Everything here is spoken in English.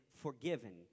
forgiven